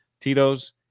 Tito's